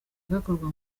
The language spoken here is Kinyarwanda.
gakorwa